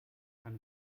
kann